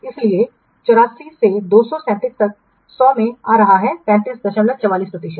इसलिए 84 से 237 तक 100 में आ रहा है 3544 प्रतिशत